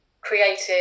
creative